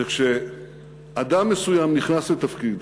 זה כשאדם מסוים נכנס לתפקיד